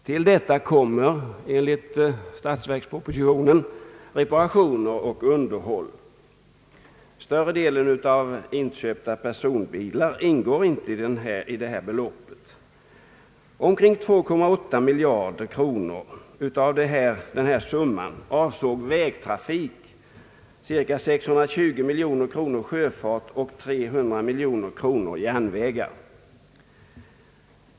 Till detta kommer enligt statsverkspropositionen reparationsoch <underhållskostnader. Större delen av inköpta personbilar ingår inte i detta belopp. Omkring 2,8 miljarder kronor av den nämnda summan avsåg vägtrafik, cirka 620 miljoner kronor sjöfart och 300 miljoner kronor järnvägar.